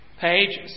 Page